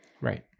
right